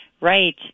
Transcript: right